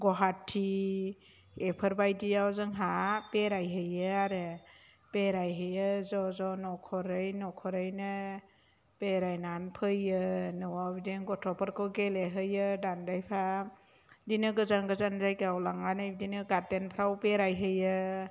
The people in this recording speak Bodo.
गुवाहाटि बेफोरबायदिआव जोंहा बेरायहैयो आरो बेरायहैयो ज' ज' न'खरै न'खरैनो बेरायनानै फैयो न'आव बिदिनो गथ'फोरखौ गेलेहोयो दानदायफा बिदिनो गोजान गोजान जायगायाव लांनानै बिदिनो गार्डेनफ्राव बेरायहैयो